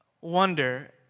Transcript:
wonder